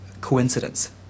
coincidence